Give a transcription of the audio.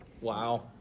Wow